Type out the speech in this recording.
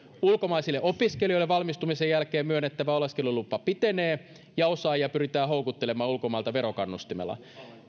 ulkomaisille opiskelijoille valmistumisen jälkeen myönnettävä oleskelulupa pitenee ja osaajia pyritään houkuttelemaan ulkomailta verokannustimella